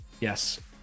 Yes